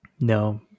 No